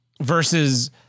versus